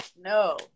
no